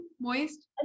Moist